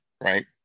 right